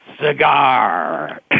cigar